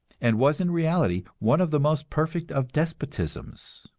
and was in reality one of the most perfect of despotisms